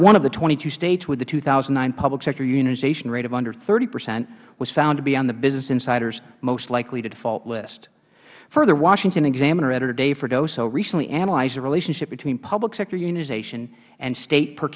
one of the twenty two states with the two thousand and nine public sector unionization rate of under thirty percent was found to be on the business insiders most likely to default list further washington examiner editor dave freddoso recently analyzed the relationship between public sector unionization and state per